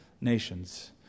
nations